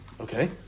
okay